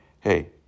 Hey